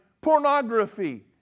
pornography